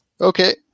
Okay